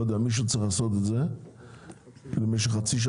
מישהו צריך לעשות את זה במשך חצי,